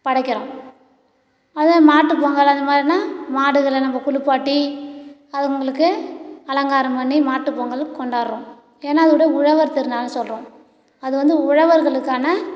படைக்கிறோம் அதே மாட்டு பொங்கல் அந்த மாதிரினா மாடுகளில் நம்ம குளிப்பாட்டி அதுங்களுக்கு அலங்காரம் பண்ணி மாட்டு பொங்கல் கொண்டாடுகிறோம் ஏன்னால் அது உழவர் திருநாள் சொல்லுகிறோம் அது வந்து உழவர்களுக்கான